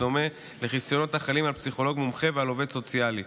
בדומה לחסיונות החלים על פסיכולוג מומחה ועל עובד סוציאלי.